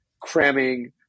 cramming